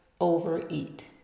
overeat